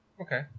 Okay